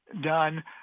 Done